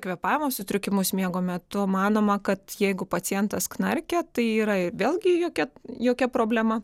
kvėpavimo sutrikimus miego metu manoma kad jeigu pacientas knarkia tai yra vėlgi jokia jokia problema